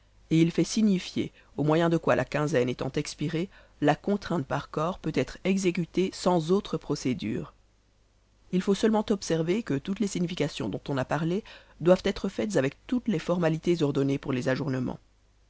et il fait signifier au moyen de quoi la quinzaine étant expirée la contrainte par corps peut être exécutée sans autres procédures il faut seulement observer que toutes les significations dont on a parlé doivent être faites avec toutes les formalités ordonnées pour les ajournemens